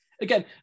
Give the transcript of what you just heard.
again